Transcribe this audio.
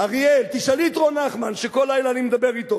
אריאל, תשאלי את רון נחמן, שכל לילה אני מדבר אתו.